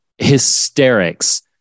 hysterics